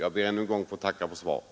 Jag ber än en gång att få tacka för svaret.